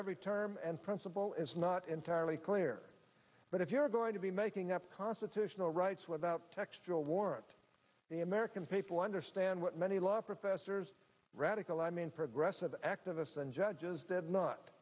every term and principle is not entirely clear but if you're going to be making up constitutional rights without textual warrant the american people understand what many law professors radical i mean progress of activists and judges that not